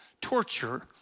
torture